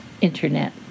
internet